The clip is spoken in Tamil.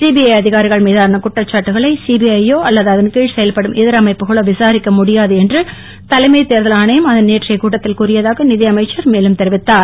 சிபிஐ அதிகாரிகள் மீதான குற்றச்சாட்டுக்களை சிபிஐ யோ அல்லது அதன்கீழ் செயல்படும் இதர அமைப்புகளோ விசாரிக்க முடியாது என்று தலைமைத் தேர்தல் ஆணையம் அதன் நேற்றைய கூட்டத்தில் கூறியதாக நிதி அமைச்சர் மேலும் தெரிவித்தார்